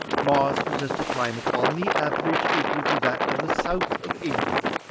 mars possessed a climate on the average equal to that of the south of england,